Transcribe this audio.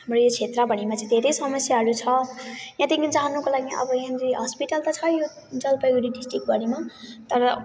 हाम्रो यो क्षेत्रभरिमा चाहिँ धेरै समस्याहरू छ यहाँदेखि जानुको लागि अब यहाँनिर हस्पिटल त छ यो जलपाइगुडी डिस्ट्रिकभरिमा तर